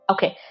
Okay